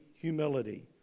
humility